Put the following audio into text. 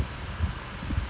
indian அப்பா:appa man like that